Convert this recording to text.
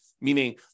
meaning